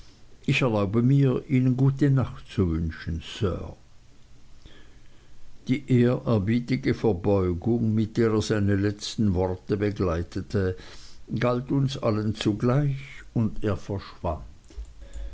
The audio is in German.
ich erlaube mir ihnen gute nacht zu wünschen sir die ehrerbietige verbeugung mit der er seine letzten worte begleitete galt uns allen zugleich und er verschwand